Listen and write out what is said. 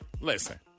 listen